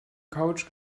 couch